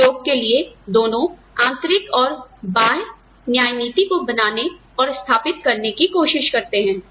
हम उद्योग के लिए दोनों आंतरिक और बाह्य न्याय नीतिको बनाने और स्थापित करने की कोशिश करते हैं